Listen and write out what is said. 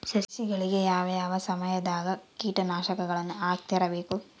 ಸಸಿಗಳಿಗೆ ಯಾವ ಯಾವ ಸಮಯದಾಗ ಕೇಟನಾಶಕಗಳನ್ನು ಹಾಕ್ತಿರಬೇಕು?